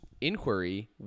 inquiry